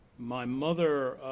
my mother,